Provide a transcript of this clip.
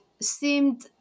seemed